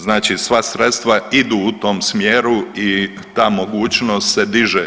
Znači sva sredstva idu u tom smjeru i ta mogućnost se diže.